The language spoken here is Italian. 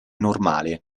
normale